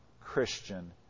Christian